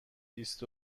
بیست